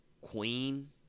queen